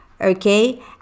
okay